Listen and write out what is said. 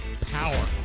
power